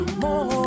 more